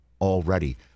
already